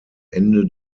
ende